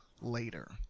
later